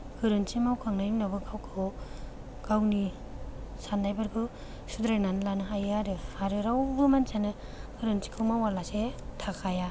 गोरोन्थि मावखांनायनि उनावबो गावखौ गावनि सान्नायफोरखौ सुद्रायनानै लानो हायो आरो आरो रावबो मानसियानो गोरोन्थिखौ मावालासे थाखाया